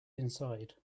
inside